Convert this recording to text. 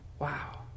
Wow